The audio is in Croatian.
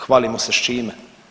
Hvalimo se s čime?